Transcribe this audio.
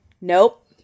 Nope